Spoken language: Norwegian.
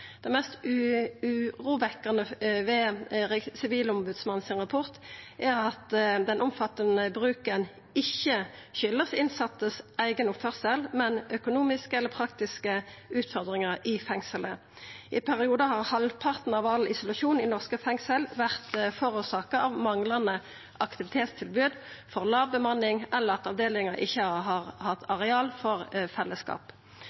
Det mest urovekkjande ved Sivilombodsmannens rapport er at den omfattande bruken ikkje har si årsak i oppførselen til dei innsette, men økonomiske eller praktiske utfordringar i fengselet. I periodar har halvparten av all isolasjon i norske fengsel vore forårsaka av manglande aktivitetstilbod, for låg bemanning eller at avdelingar ikkje har hatt areal for fellesskap.